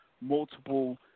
multiple